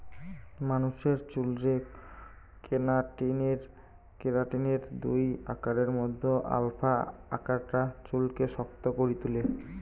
মানুষের চুলরে কেরাটিনের দুই আকারের মধ্যে আলফা আকারটা চুলকে শক্ত করি তুলে